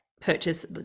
purchase